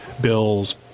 bills